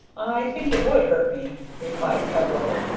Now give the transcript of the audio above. i think it would hurt me, replied peveril,